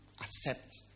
accept